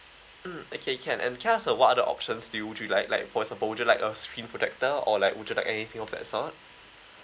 mm okay can and can I ask uh what other options do you would you like like for example would you like a screen protector or like would you like anything of that sort